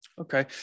Okay